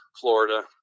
Florida